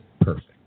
perfect